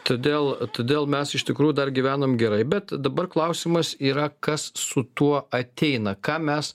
todėl todėl mes iš tikrųjų dar gyvenam gerai bet dabar klausimas yra kas su tuo ateina ką mes